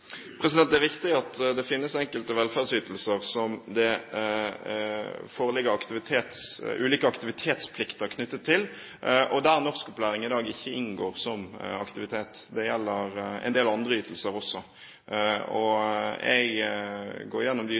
Det er riktig at det finnes enkelte velferdsytelser som det foreligger ulike aktivitetsplikter knyttet til, og der norskopplæring i dag ikke inngår som aktivitet. Det gjelder en del andre ytelser også. Jeg går gjennom de